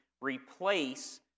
replace